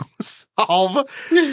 solve